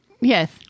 yes